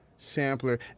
Sampler